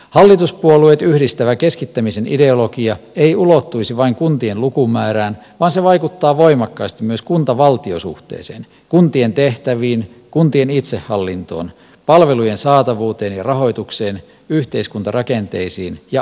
hallituspuolueet yhdistävä keskittämisen ideologia ei ulottuisi vain kuntien lukumäärään vaan se vaikuttaa voimakkaasti myös kuntavaltio suhteeseen kuntien tehtäviin kuntien itsehallintoon palvelujen saatavuuteen ja rahoitukseen yhteiskuntarakenteisiin ja aluehallintoon